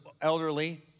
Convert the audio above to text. elderly